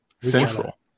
Central